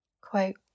quote